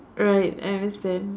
right I understand